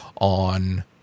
on